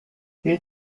his